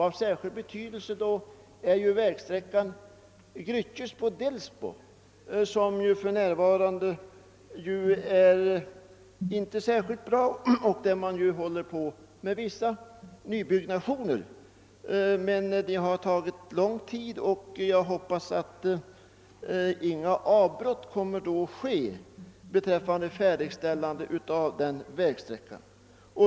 Av särskild betydelse är vägsträckan Gryttjesbo—Delsbo, som för närvarande inte är särskilt bra. Man håller där på med vissa nybyggnadsarbeten, men de har tagit lång tid. Jag hoppas att inga av brott kommer att inträffa beträffande färdigställandet av denna vägsträcka.